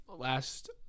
last